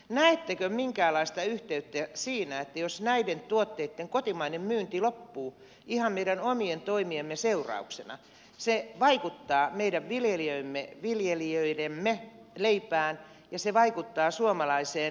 näettekö minkäänlaista yhteyttä siinä että jos näiden tuotteitten kotimainen myynti loppuu ihan meidän omien toimiemme seurauksena se vaikuttaa meidän viljelijöidemme leipään ja se vaikuttaa suomalaiseen verotuloon